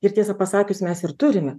ir tiesą pasakius mes ir turime